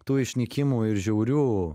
tų išnykimų ir žiaurių